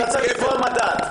לקבוע מדד.